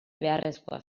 beharrezkoa